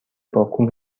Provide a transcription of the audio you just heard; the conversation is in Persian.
باکو